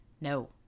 no